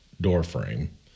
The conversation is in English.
doorframe